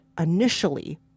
initially